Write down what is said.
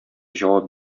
җавап